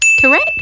correct